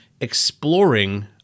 exploring